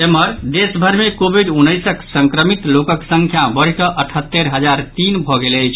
एम्हर देशभरि मे कोविड उन्नैसक संक्रमित लोकक संख्या बढ़ि कऽ अठहत्तरि हजार तीन भऽ गेल अछि